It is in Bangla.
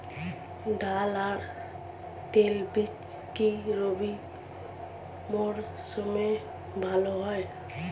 ডাল আর তৈলবীজ কি রবি মরশুমে ভালো হয়?